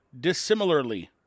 dissimilarly